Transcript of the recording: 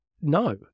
No